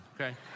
okay